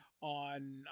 on